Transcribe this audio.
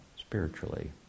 spiritually